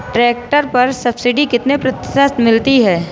Tractor पर सब्सिडी कितने प्रतिशत मिलती है?